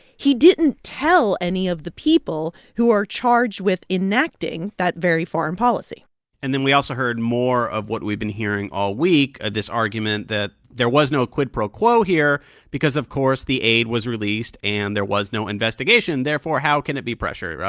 he didn't tell any of the people who are charged with enacting that very foreign policy and then we also heard more of what we've been hearing all week this argument that there was no quid pro quo here because, of course, the aid was released, and there was no investigation. therefore, how can it be pressure?